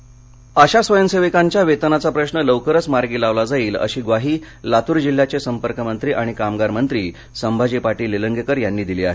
वेतन लातर आशा स्वयंसेविकांच्या वेतनाचा प्रश्नश लवकरच मार्गी लावला जाईल अशी य्वाही लातूर जिल्ह्याचे संपर्कमंत्री आणि कामगार मंत्री संभाजी पाटील निलंगेकर यांनी दिली आहे